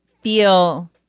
feel